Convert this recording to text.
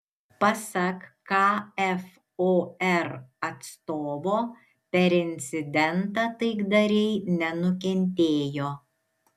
pasak kfor atstovo per incidentą taikdariai nenukentėjo